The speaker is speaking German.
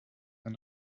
ein